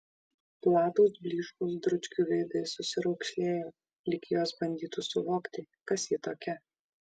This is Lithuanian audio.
platūs blyškūs dručkių veidai susiraukšlėjo lyg jos bandytų suvokti kas ji tokia